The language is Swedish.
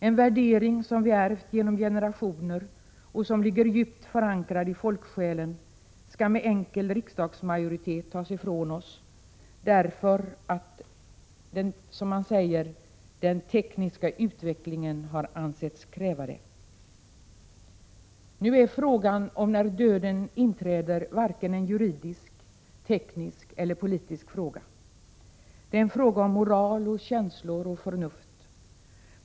En värdering som vi ärvt genom generationer och som ligger djupt förankrad i folksjälen skall med enkel riksdagsmajoritet tas ifrån oss, därför att — som man säger — den tekniska utvecklingen har ansetts kräva det. Nu är frågan om när döden inträder varken en juridisk, teknisk eller politisk fråga. Det är en fråga om moral, känslor och förnuft.